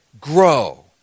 grow